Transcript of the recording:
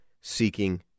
seeking